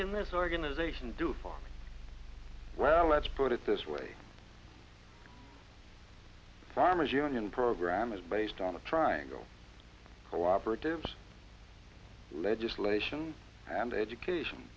one in this organization do for well let's put it this way farmers union program is based on a triangle co operatives legislation and education